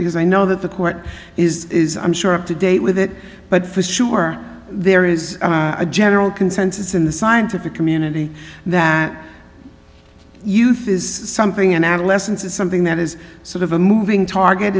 because i know that the court is is i'm sure up to date with it but for sure there is a general consensus in the scientific community that youth is something in adolescence is something that is sort of a moving target